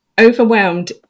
overwhelmed